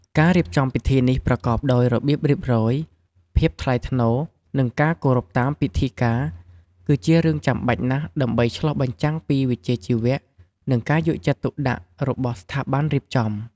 ការរៀបចំពិធីនេះប្រកបដោយរបៀបរៀបរយ ភាពថ្លៃថ្នូរ និងការគោរពតាមពិធីការ គឺជារឿងចាំបាច់ណាស់ដើម្បីឆ្លុះបញ្ចាំងពីវិជ្ជាជីវៈ និងការយកចិត្តទុកដាក់របស់ស្ថាប័នរៀបចំ។